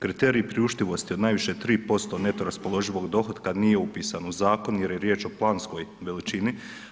Kriteriji priuštivosti od najviše 3% neto raspoloživog dohotka nije upisano u Zakon jer je riječ o planskoj veličini.